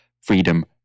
Freedom